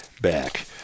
back